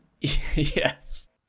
Yes